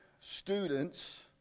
students